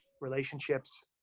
relationships